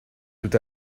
tout